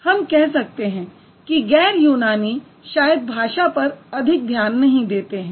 हम कह सकते हैं कि गैर यूनानी शायद भाषा पर अधिक ध्यान नहीं देते हैं